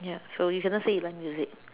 ya so you cannot say you like music